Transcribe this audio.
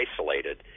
isolated